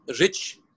rich